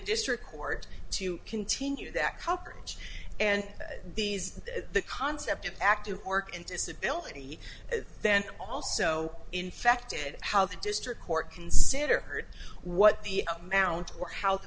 district court to continue that coverage and these the concept of active work and disability and then also infected how the district court consider heard what the amount or h